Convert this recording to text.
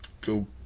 go